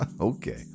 Okay